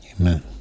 Amen